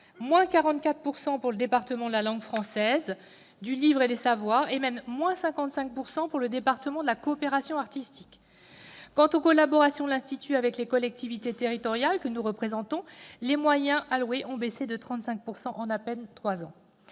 cinéma, 44 % pour le département de la langue française, du livre et des savoirs, et même 55 % a pour le département de la coopération artistique ! S'agissant des collaborations de l'Institut avec les collectivités territoriales que nous représentons, les moyens alloués ont baissé de 35 % en à peine trois